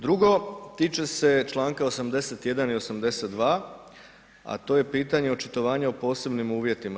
Drugo, tiče se čl. 81. i 82., a to je pitanje očitovanja o posebnim uvjetima.